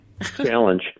Challenge